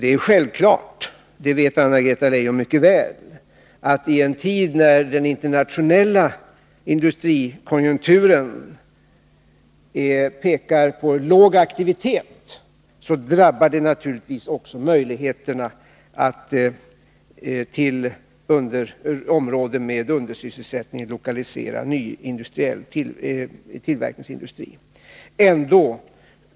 Det är självklart, och det vet Anna-Greta Leijon mycket väl, att en låg aktivitet i den internationella industrikonjunkturen naturligtvis också drabbar möjligheterna att till områden med undersysselsättning lokalisera ny industriell tillverkning.